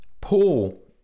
paul